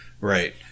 right